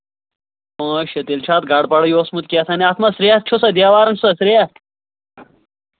پانٛژھ شےٚ تیٚلہِ چھُ اَتھ گَڑبَڑٕے اوسمُت کیٛاہ تھام اَتھ ما سرٛیٚہہ چھُ سا دیوارَن چھُ سا سرٛیٚہہ